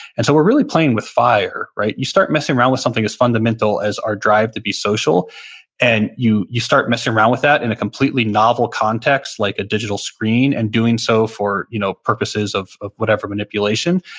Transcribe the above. and so we're really playing with fire. you start messing around with something as fundamental as our drive to be social and you you start messing around with that in a completely novel context like a digital screen and doing so for you know purposes of of whatever manipulation,